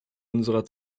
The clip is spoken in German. unserer